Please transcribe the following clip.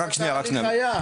אז איזה תהליך היה?